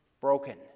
broken